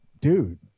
dude